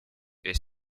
est